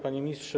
Panie Ministrze!